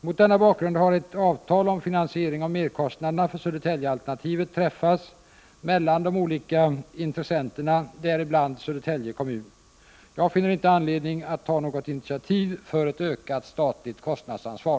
Mot denna bakgrund har ett avtal om finansiering av merkostnaderna för Södertäljealternativet träffats mellan de olika intressenterna, däribland Södertälje kommun. Jag finner inte anledning att ta något initiativ för ett ökat statligt kostnadsansvar.